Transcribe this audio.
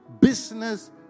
business